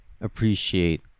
appreciate